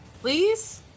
Please